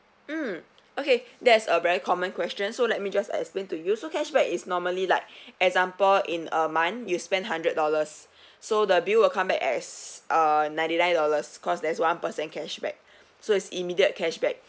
mm okay that's a very common question so let me just explain to you so cashback is normally like example in a month you spend hundred dollars so the bill will come back as uh ninety nine dollars cause there's one percent cashback so is immediate cashback